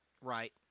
Right